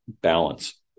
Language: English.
balance